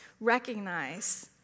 recognize